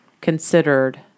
considered